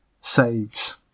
saves